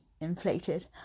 inflated